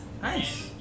Nice